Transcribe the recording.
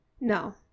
No